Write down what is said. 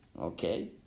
okay